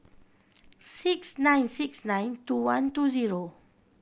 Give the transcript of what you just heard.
six nine six nine two one two zero